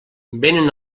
vénen